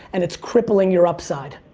and it's crippling your upside.